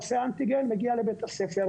עושה אנטיגן ומגיע לבית הספר.